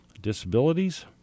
disabilities